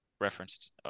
referenced